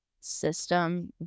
system